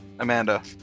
Amanda